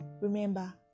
remember